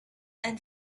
and